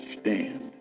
stand